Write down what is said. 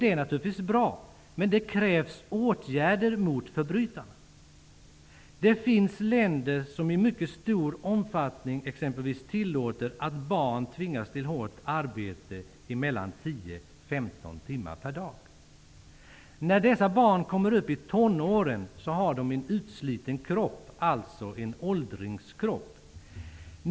Det är naturligtvis bra. Men det krävs åtgärder mot förbrytarna. Det finns länder som i mycket stor omfattning tillåter att barn tvingas till hårt arbete i 10--15 timmar per dag. När dessa barn kommer upp i tonåren har de en utsliten kropp, dvs. en åldrings kropp.